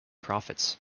prophets